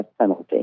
penalty